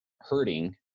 hurting